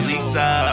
Lisa